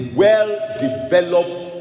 well-developed